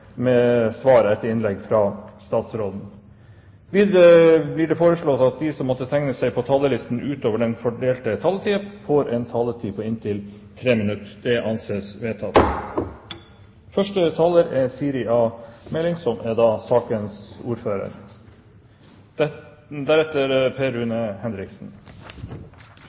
med svar etter innlegget fra statsråden innenfor den fordelte taletid. Videre blir det foreslått at de som måtte tegne seg på talerlisten utover den fordelte taletid, får en taletid på inntil 3 minutter. – Det anses vedtatt. Første taler er Linda C. Hofstad Helleland, som får ordet på vegne av sakens ordfører,